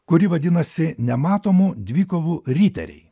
kuri vadinasi nematomų dvikovų riteriai